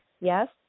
Yes